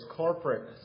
corporate